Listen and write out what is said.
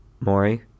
Maury